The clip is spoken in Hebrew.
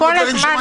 כל התקנות,